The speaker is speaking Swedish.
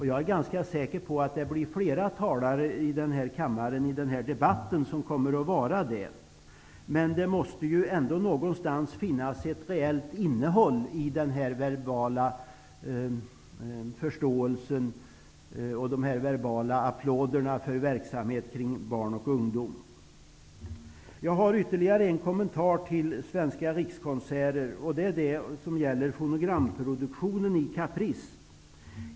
Jag är ganska säker på att det blir flera talare i den här debatten som kommer att vara verbala, men det måste ändå finnas ett reellt innehåll i den verbala förståelsen och de verbala applåderna för verksamhet kring barn och ungdom. Jag har ytterligare en kommentar till Svenska rikskonserter som gäller fonogramproduktionen i Caprice.